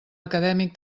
acadèmic